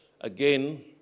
Again